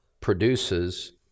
produces